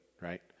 right